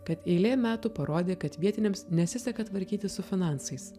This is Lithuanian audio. kad eilė metų parodė kad vietiniams nesiseka tvarkytis su finansais